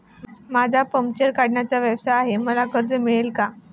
माझा पंक्चर काढण्याचा व्यवसाय आहे मला कर्ज मिळेल का?